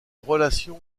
relations